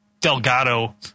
Delgado